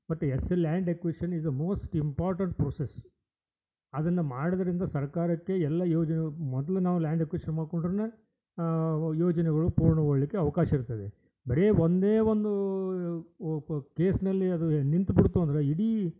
but as a land acquisition is a most important process ಅದನ್ನು ಮಾಡೋದ್ರಿಂದ ಸರ್ಕಾರಕ್ಕೆ ಎಲ್ಲ ಯೋಜನೆಗಳು ಮೊದ್ಲು ನಾವು ಲ್ಯಾಂಡ್ ಎಕ್ವೀಷನ್ ಮಾಡ್ಕೊಂಡ್ರೇನೇ ಯೋಜನೆಗಳು ಪೂರ್ಣಗೊಳ್ಳಿಕ್ಕೆ ಅವಕಾಶ ಇರ್ತದೆ ಬರೀ ಒಂದೇ ಒಂದೂ ಒಬ್ಬ ಕೇಸಿನಲ್ಲಿ ಅದು ನಿಂತು ಬಿಡ್ತು ಅಂದರೆ ಇಡೀ